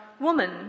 Woman